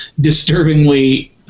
disturbingly